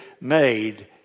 made